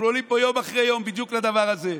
אנחנו עולים פה יום אחרי יום בדיוק לדבר הזה.